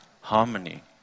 harmony